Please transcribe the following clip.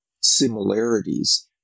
similarities